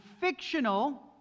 fictional